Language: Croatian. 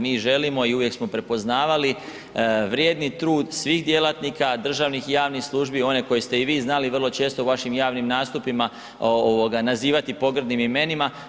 Mi i želimo i uvijek smo prepoznavali vrijedni trud svih djelatnika državnih i javnih službi, one koje ste i vi znali vrlo često u vašim javnim nastupima nazivati pogrdnim imenima.